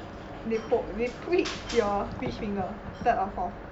they poke they prick your which finger third or fourth